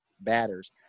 batters